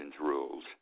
rules